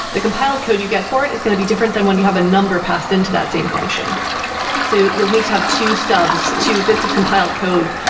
the compiled code you get for it is going to be different than when you have a number passed into that same function so you'll need to have two stubs, two bits of compiled code,